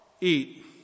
eat